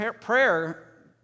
prayer